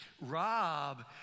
Rob